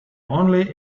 only